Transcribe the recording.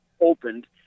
opened